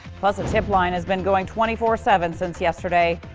plus, a tip line has been going twenty four seven. since yesterday.